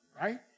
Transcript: right